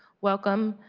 welcome,